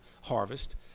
harvest